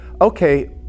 okay